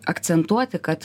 akcentuoti kad